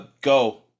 go